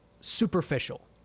superficial